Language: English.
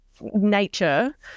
nature